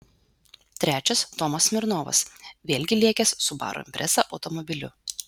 trečias tomas smirnovas vėlgi lėkęs subaru impreza automobiliu